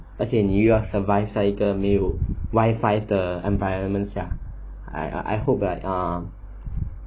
而且你又要 survive 在一个没有 wifi 的 environment I I hope like err